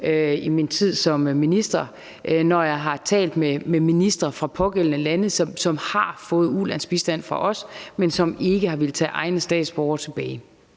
i min tid som minister, når jeg har talt med ministre fra de pågældende lande, som har fået ulandsbistand fra os, men som ikke har villet tage egne statsborgere tilbage.